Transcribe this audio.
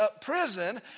prison